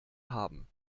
haben